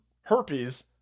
herpes